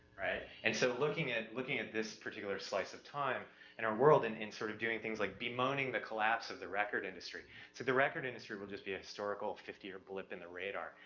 right? and so looking at, looking at this particular slice of time and our world and, and sort of doing things like bemoaning the collapse of the record industry so the record industry will just be a historical fifty-year blip in the radar,